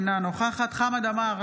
אינה נוכחת חמד עמאר,